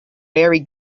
very